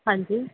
हांजी